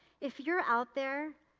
if you're out there,